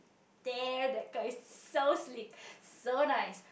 there that car is so sleek so nice